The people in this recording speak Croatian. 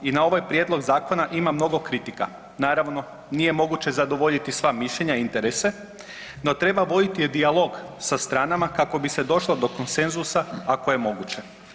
I na ovaj prijedlog zakona ima mnogo kritika, naravno nije moguće zadovoljiti sva mišljenja i interese, no treba voditi dijalog sa stranama kako bi se došlo do konsenzusa ako je moguće.